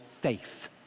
faith